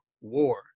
War